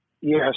Yes